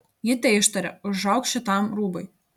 ji teištarė užauk šitam rūbui